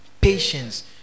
Patience